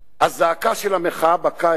הזעקה של המחאה בקיץ